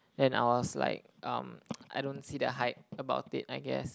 and I was like um I don't see the hype about it I guess